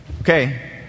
Okay